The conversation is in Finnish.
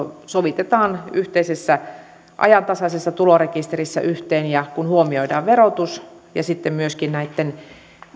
sovitetaan yhteisessä ajantasaisessa tulorekisterissä yhteen ja kun huomioidaan verotus ja sitten myöskin näitten